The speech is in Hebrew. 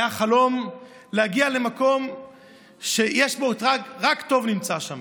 הייתה חלום להגיע למקום שרק טוב נמצא בו.